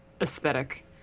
aesthetic